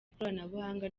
ikoranabuhanga